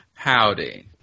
Howdy